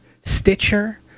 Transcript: stitcher